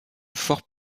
fort